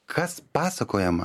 kas pasakojama